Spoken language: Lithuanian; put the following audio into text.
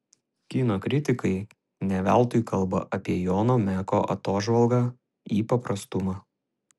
kino kritikai ne veltui kalba apie jono meko atožvalgą į paprastumą